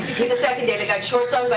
see, the second day, they got shorts on, but